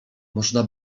można